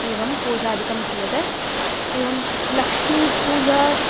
एवं पूजादिकं क्रियते एवं लक्ष्मीपूजा